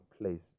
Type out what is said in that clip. place